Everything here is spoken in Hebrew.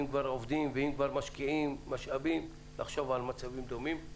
אם כבר עובדים ואם כבר משקיעים משאבים צריך לחשוב על מצבים דומים.